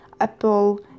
apple